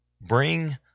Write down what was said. bring